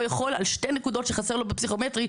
יכול על שתי נקודות שחסר לו בפסיכומטרי,